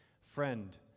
friend